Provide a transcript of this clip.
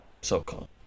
so-called